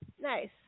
Nice